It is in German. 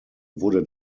wurde